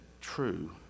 true